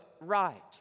right